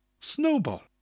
Snowball